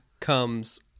Comes